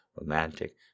romantic